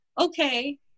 okay